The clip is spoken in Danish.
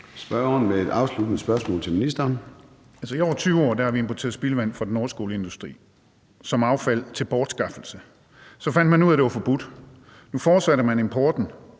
Spørgeren med et afsluttende spørgsmål til ministeren. Kl. 14:14 Torsten Gejl (ALT): I over 20 år har vi importeret spildevand fra den norske olieindustri som affald til bortskaffelse. Så fandt man ud af, at det var forbudt. Nu fortsætter man importen